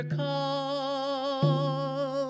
call